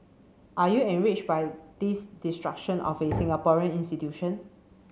are you enrich by this destruction of a Singaporean institution